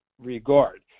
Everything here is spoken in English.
regard